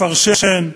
לפרשן,